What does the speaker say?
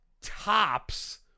tops